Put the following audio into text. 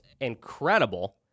incredible